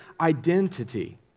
identity